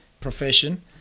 profession